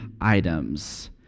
items